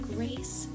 Grace